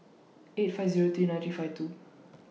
eight five Zero three ninety five two